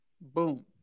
Boom